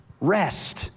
rest